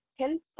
help